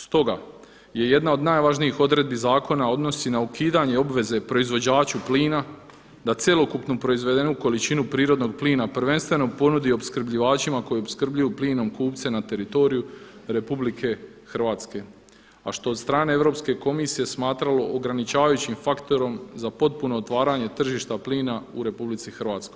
Stoga se jedna od najvažnijih odredbi zakona odnosi na ukidanje obveze proizvođaču plina da cjelokupnu proizvedenu količinu plina prvenstveno ponudi opskrbljivačima koji opskrbljuju plinom kupce na teritoriju RH a što se od strane Europske komisije smatralo ograničavajućim faktorom za potpuno otvaranje tržišta plina u RH.